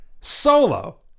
solo